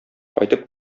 кайтып